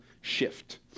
shift